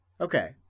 Okay